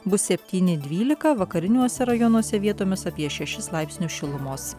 bus septyni dvylika vakariniuose rajonuose vietomis apie šešis laipsnius šilumos